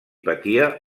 patia